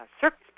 circus